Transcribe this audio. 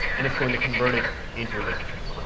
and it's going to convert it into an integer.